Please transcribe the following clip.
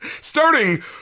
starting